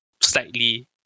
slightly